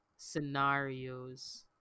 scenarios